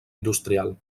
industrial